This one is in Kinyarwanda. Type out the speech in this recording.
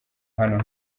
hano